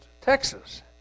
Texas